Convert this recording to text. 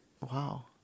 wow